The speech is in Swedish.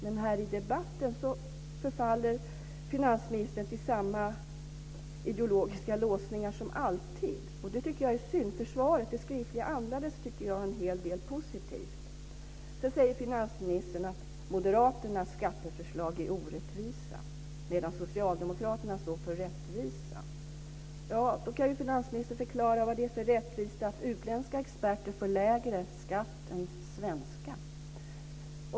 Men här i debatten förfaller finansministern till samma ideologiska låsningar som alltid. Det tycker jag är synd, för det skriftliga svaret andades en hel del positivt. Finansministern säger att moderaternas skatteförslag är orättvisa, medan socialdemokraterna står för rättvisa. Då kan finansministern förklara vad det är för rättvisa i att utländska experter får lägre skatt än svenska.